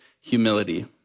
humility